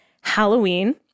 Halloween